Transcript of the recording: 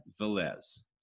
Velez